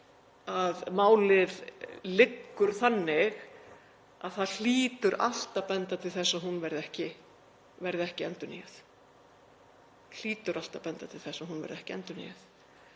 að málið liggur þannig að það hlýtur allt að benda til þess að hún verði ekki endurnýjuð. Það hlýtur allt að benda til þess að hún verði ekki endurnýjuð.